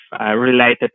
related